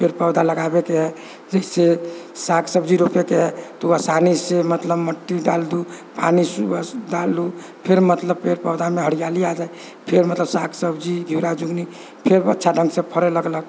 पेड़ पौधा लगाबैके है जइसे शाक सब्जी रोपैके है तऽ वो आसानी से मतलब मट्टी डाल दु पानि सुबह डालू फेर मतलब पेड़ पौधामे हरियाली आ जाइ फेर मतलब शाक सब्जी घिउरा झुंगनी फेर अच्छा ढङ्ग से फड़ै लगलक